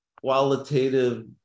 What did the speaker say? qualitative